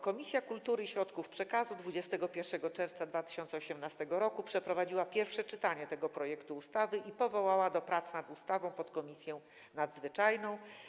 Komisja Kultury i Środków Przekazu 21 czerwca 2018 r. przeprowadziła pierwsze czytanie tego projektu ustawy i powołała do prac nad ustawą podkomisję nadzwyczajną.